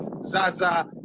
Zaza